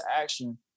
action